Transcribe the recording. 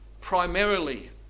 primarily